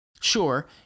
Sure